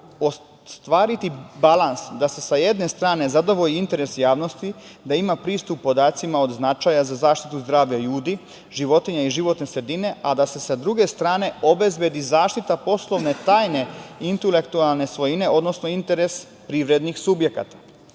ostvariti balans da se sa jedne strane zadovolje interesi javnosti, da ima pristup podacima od značaja za zaštitu zdravlja ljudi, životinja i životne sredine, a da se sa druge strane obezbedi zaštita poslovne tajne intelektualne svojine, odnosno interes privrednih subjekata. Iako